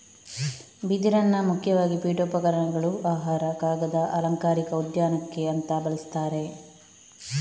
ಬಿದಿರನ್ನ ಮುಖ್ಯವಾಗಿ ಪೀಠೋಪಕರಣಗಳು, ಆಹಾರ, ಕಾಗದ, ಅಲಂಕಾರಿಕ ಉದ್ಯಾನಕ್ಕೆ ಅಂತ ಬಳಸ್ತಾರೆ